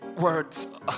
words